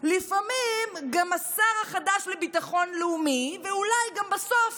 לפעמים גם השר החדש לביטחון לאומי, ואולי בסוף